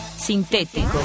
sintético